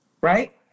right